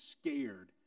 scared